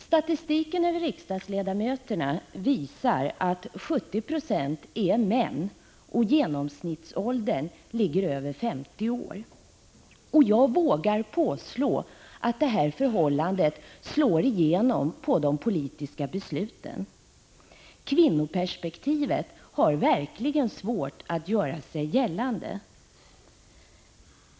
Statistiken över riksdagsledamöterna visar att 70 20 är män och att genomsnittsåldern ligger över 50 år. Jag vågar påstå att det förhållandet slår igenom på de politiska besluten. Kvinnoperspektivet har verkligen svårt att göra sig gällande.